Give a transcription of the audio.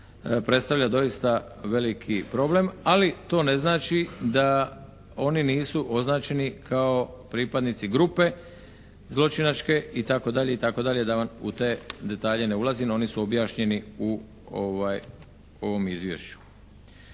predstavlja doista veliki problem, ali to ne znači da oni nisu označeni kao pripadnici grupe zločinačke itd. itd. da vam u te detalje ne ulazim, oni su objašnjeni u ovom izvješću.